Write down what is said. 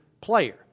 player